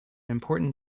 important